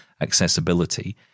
accessibility